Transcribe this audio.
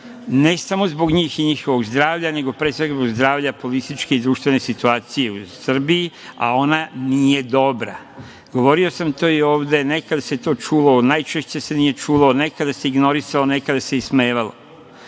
ne samo zbog njih i njihovog zdravlja, nego pre svega zbog zdravlja političke i društvene situacije u Srbiji, a ona nije dobra. Govorio sam to i ovde. Nekada se to čulo, najčešće se nije čulo, nekada se ignorisalo, nekada se ismevalo.